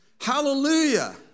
Hallelujah